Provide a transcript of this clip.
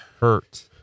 hurt